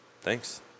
Thanks